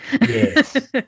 Yes